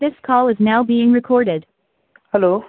this call is now being recorded hello